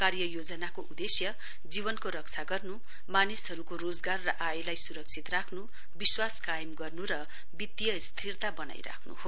कार्य योजनाको उदेश्य जीवनको रक्षा गर्नु मानिसहरूको रोजगार र आयलाई सुरक्षित राख्नु विश्वास कायम गर्नु र वित्तीय स्थिरता बनाइ राख्नु हो